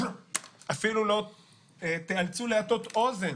אפילו לא תאלצו להטות אוזן